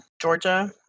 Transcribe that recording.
georgia